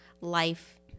life